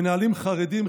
מנהלים חרדים,